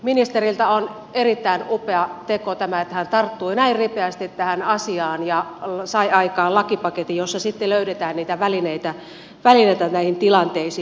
ministeriltä on erittäin upea teko tämä että hän tarttui näin ripeästi tähän asiaan ja sai aikaan lakipaketin jossa sitten löydetään niitä välineitä näihin tilanteisiin